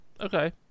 Okay